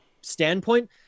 standpoint